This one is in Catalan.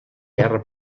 guerra